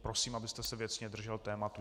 Prosím, abyste se věcně držel tématu.